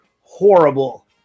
horrible